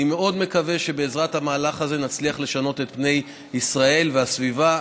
אני מאוד מקווה שבעזרת המהלך הזה נצליח לשנות את פני ישראל והסביבה.